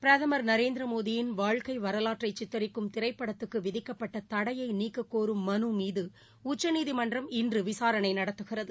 பிரதமர் நரேந்திர மோடியின் வாழ்க்கை வரவாற்றை சித்தரிக்கும் திரைப்படத்துக்கு விதிக்கப்பட்ட தடையை நீக்கக்கோரும் மீது உச்சநீதிமன்றம் இன்று விசாரணை நடத்துகிறது